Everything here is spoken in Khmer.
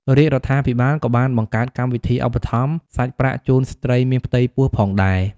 រាជរដ្ឋាភិបាលក៏បានបង្កើតកម្មវិធីឧបត្ថម្ភសាច់ប្រាក់ជូនស្ត្រីមានផ្ទៃពោះផងដែរ។